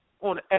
on